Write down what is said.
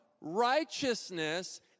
righteousness